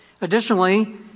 Additionally